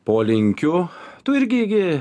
polinkių tu irgi gi